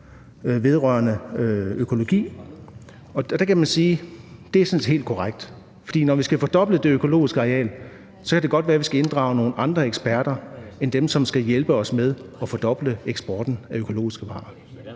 vedrørende økologi. Der kan man sige, at det sådan set er helt korrekt, for når vi skal fordoble det økologiske areal, kan det godt være, at vi skal inddrage nogle andre eksperter end dem, som skal hjælpe os med at fordoble eksporten af økologiske varer.